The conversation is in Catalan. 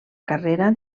carrera